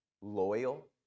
loyal